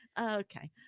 Okay